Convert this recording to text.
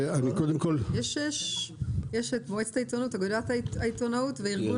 יש את מועצת העיתונות, אגודת העיתונאות וארגון